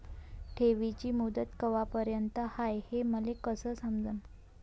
ठेवीची मुदत कवापर्यंत हाय हे मले कस समजन?